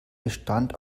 bestand